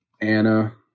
Anna